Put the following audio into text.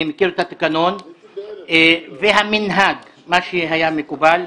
אני מכיר את התקנון והמנהג, מה שהיה מקובל.